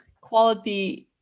quality